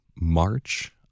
March